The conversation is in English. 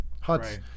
huts